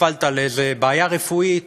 נפלת לאיזה בעיה רפואית,